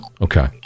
Okay